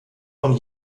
von